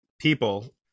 people